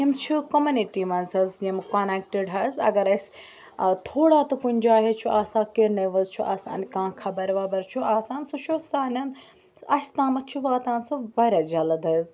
یِم چھِ کوٚمٮ۪نِٹی منٛز حظ یِم کۄنٮ۪کٹِڈ حظ اگر اَسہِ تھوڑا تہٕ کُنہِ جایہِ حظ چھُ آسان کیٚنٛہہ نِوٕز چھُ آسان کانٛہہ خبَر وبَر چھُ آسان سُہ چھُ سانٮ۪ن اَسہِ تامَتھ چھُ واتان سُہ واریاہ جلد حظ